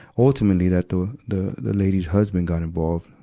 ultimately, that the, the, the lady's husband got involved,